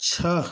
छः